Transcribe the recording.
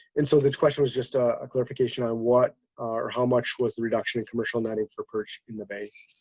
and so this question was just a clarification on what or how much was the reduction in commercial netting for perch in the bay?